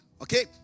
Okay